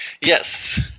yes